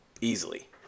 Easily